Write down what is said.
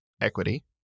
equity